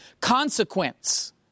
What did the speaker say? consequence